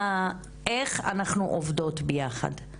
איך אנחנו עובדות ביחד?